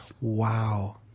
wow